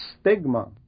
stigma